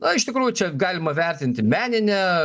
na iš tikrųjų čia galima vertinti meninę